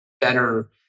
better